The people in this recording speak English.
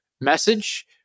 message